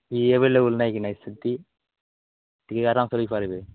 available ନାହିଁ କି ନାହିଁ ସେଇଠି ଟିକେ ଆରମ୍ସେ ରହି ପାରିବେ